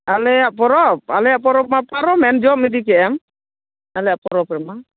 ᱟᱞᱮᱭᱟᱜ ᱯᱚᱨᱚᱵ ᱟᱞᱮᱭᱟᱜ ᱯᱚᱨᱚᱵ ᱢᱟ ᱯᱟᱨᱚᱢᱮᱱ ᱡᱚᱢ ᱤᱫᱤ ᱠᱮᱫᱼᱮᱢ ᱟᱞᱮᱭᱟᱜ ᱯᱚᱨᱚᱵ ᱨᱮᱢᱟ